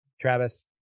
Travis